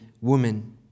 woman